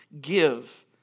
Give